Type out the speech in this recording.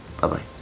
Bye-bye